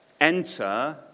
Enter